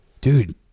Dude